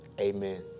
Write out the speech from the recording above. amen